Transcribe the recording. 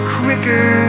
quicker